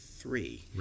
three